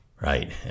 Right